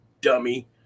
dummy